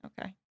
Okay